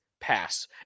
pass